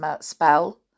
spell